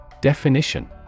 Definition